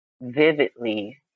vividly